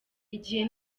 igihe